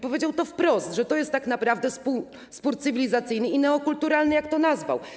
Powiedział wprost, że to jest tak naprawdę spór cywilizacyjny i neokulturalny, jak to nazwał.